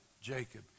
Jacob